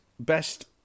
Best